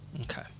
Okay